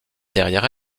derrière